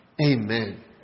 Amen